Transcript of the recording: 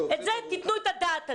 על זה תיתנו את הדעת.